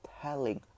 telling